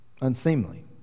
unseemly